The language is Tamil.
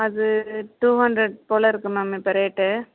அது டூ ஹண்ட்ரட் போல் இருக்குது மேம் இப்போ ரேட்டு